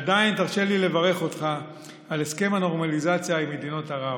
עדיין תרשה לי לברך אותך על הסכם הנורמליזציה עם מדינות ערב.